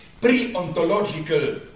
pre-ontological